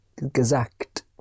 gesagt